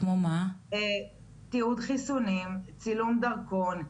תיעוד חיסונים, צילום דרכון.